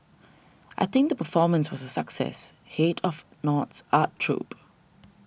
I think the performance was a success head of the North's art troupe